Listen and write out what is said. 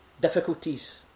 difficulties